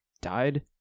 died